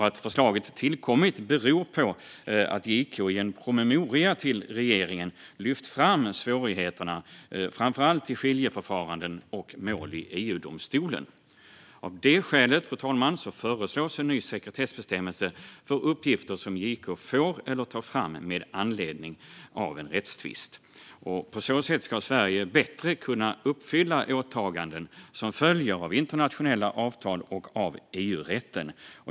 Att förslaget tillkommit beror på att JK i en promemoria till regeringen lyft fram svårigheterna i framför allt skiljeförfaranden och mål i EU-domstolen. Fru talman! Av detta skäl föreslås en ny sekretessbestämmelse för uppgifter som JK får eller tar fram med anledning av en rättstvist. På så sätt ska Sverige bättre kunna uppfylla åtaganden som följer av internationella avtal och av EU-rätten.